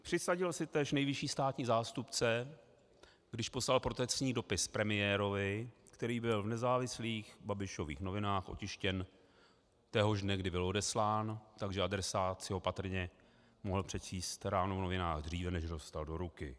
Přisadil si též nejvyšší státní zástupce, když poslal protestní dopis premiérovi, který byl v nezávislých Babišových novinách otištěn téhož dne, kdy byl odeslán, takže adresát si ho patrně mohl přečíst ráno v novinách dříve, než ho dostal do ruky.